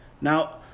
Now